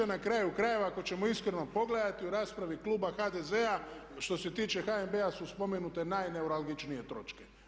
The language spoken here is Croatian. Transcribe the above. Na kraju krajeva, ako ćemo iskreno pogledati u raspravi kluba HDZ-a što se tiče HNB-a su spomenute najneuralgičnije točke.